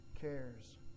cares